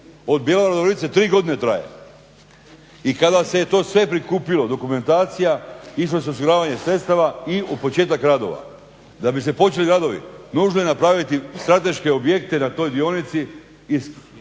od Bjelovara do Virovitice tri godine traje. I kada se je to sve prikupilo dokumentacija išlo se u osiguravanje sredstava i u početak radova. Da bi se počeli radovi nužno je napraviti strateške objekte na toj dionici